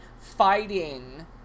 fighting